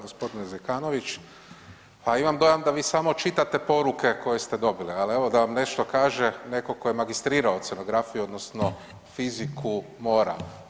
G. Zekanović, pa imam dojam da vi samo čitate poruke koje ste dobili ali evo da vam nešto kaže netko tko je magistrirao oceanografiju odnosno fiziku mora.